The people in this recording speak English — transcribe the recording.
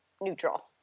neutral